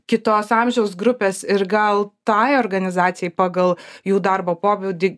kitos amžiaus grupės ir gal tai organizacijai pagal jų darbo pobūdį